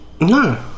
No